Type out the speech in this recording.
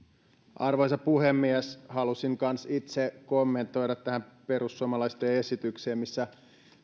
arvoisa puhemies halusin kanssa itse kommentoida tätä perussuomalaisten esitystä missä